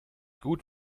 gut